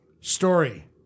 Story